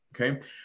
Okay